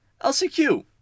LCQ